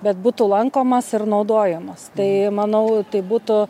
bet būtų lankomas ir naudojamas tai manau tai būtų